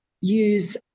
use